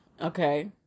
Okay